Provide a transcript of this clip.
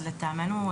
לטעמנו,